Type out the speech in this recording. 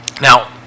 Now